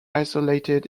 isolated